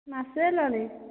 ମାସେ ହେଲାଣି